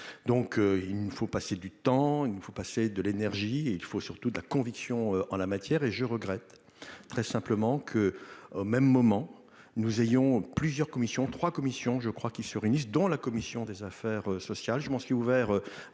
donc il ne faut passer du temps, il ne faut passer de l'énergie et il faut surtout de la conviction en la matière et je regrette très simplement que, au même moment, nous ayons plusieurs commissions 3 commission je crois qu'sur une liste dont la commission des affaires sociales, je pense qu'il est